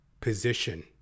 position